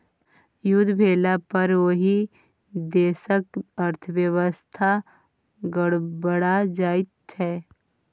युद्ध भेलापर ओहि देशक अर्थव्यवस्था गड़बड़ा जाइत छै